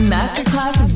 Masterclass